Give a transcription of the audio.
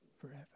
forever